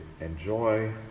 enjoy